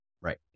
right